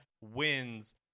wins